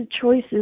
choices